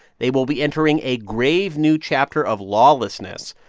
they will be entering a grave new chapter of lawlessness,